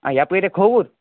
آ یَپٲر ہا کھۄوُر